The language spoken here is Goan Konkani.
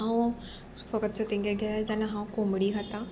हांव फकत सो तेंगे गेले जाल्यार हांव कोंबडी खाता